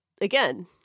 again